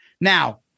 Now